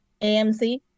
AMC